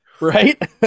right